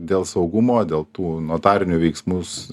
dėl saugumo dėl tų notarinių veiksmus